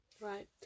right